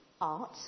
art